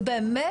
זה באמת,